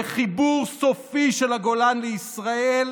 לחיבור סופי של הגולן לישראל,